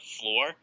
floor